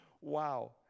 Wow